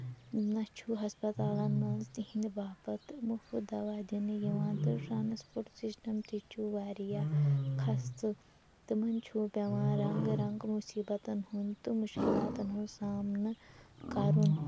نہ چھُ ہَسپَتالَن منٛز تِہِندِ باپَت مُفُت دوا دِنہٕ یِوان تہٕ ٹرانَسپوٹ سِسٹم تہِ چھُ واریاہ کھستہٕ تِمَن چھُ پیوان رَنگہٕ رَنگہٕ مُصیٖبَتن ہُند تہٕ مُشکِلاتَن ہُند سامنہٕ کَرُن